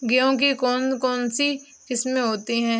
गेहूँ की कौन कौनसी किस्में होती है?